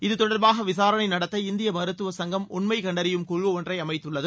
இத்தொடர்பாக விசாரணை நடத்த இந்திய மருத்துவ சங்கம் உண்மை கண்டறியும் குழு ஒன்றை அமைத்துள்ளது